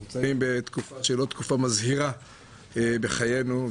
אנחנו נמצאים בתקופה לא מזהירה בחיינו.